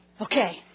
Okay